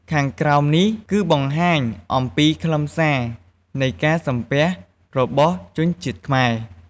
ខាងក្រោមនេះគឺបង្ហាញអំពីខ្លឹមសារនៃការសំពះរបស់ជនជាតិខ្មែរ។